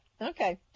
Okay